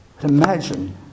Imagine